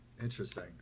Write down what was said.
Interesting